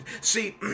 See